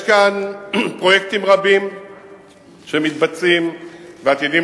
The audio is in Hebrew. יש כאן פרויקטים רבים שמתבצעים ועתידים